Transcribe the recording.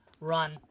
run